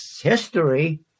history